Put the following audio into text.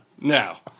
Now